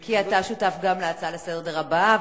כי אתה שותף גם להצעה לסדר-היום הבאה,